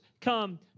come